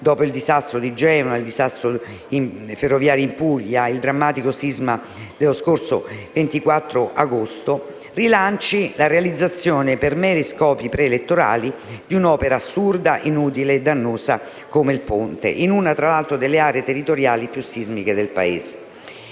dopo il disastro di Genova, il disastro ferroviario in Puglia e il drammatico sisma dello scorso 24 agosto, rilanci la realizzazione, per meri scopi pre-elettorali, di un'opera assurda, inutile e dannosa come il ponte, tra l'altro in una delle aree territoriali più sismiche del Paese.